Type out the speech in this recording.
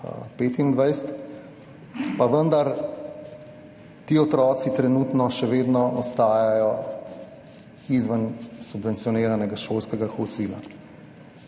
pa vendar ti otroci trenutno še vedno ostajajo izven subvencioniranega šolskega kosila.